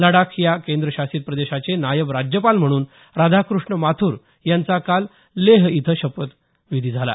लडाख या केंद्रशासित प्रदेशाचे नायब राज्यपाल म्हणून राधाकृष्ण माथुर यांचा काल लेह इथं शपथविधी झाला